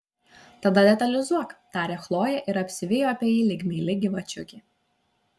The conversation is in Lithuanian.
tada detalizuok tarė chlojė ir apsivijo apie jį lyg meili gyvačiukė